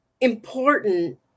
important